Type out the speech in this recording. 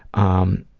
um,